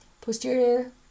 Posterior